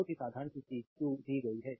बहुत ही साधारण सी चीज़ q दी गई है